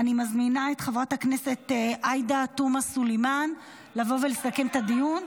אני מזמינה את חברת הכנסת עאידה תומא סלימאן לבוא ולסכם את הדיון.